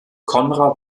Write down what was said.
konrad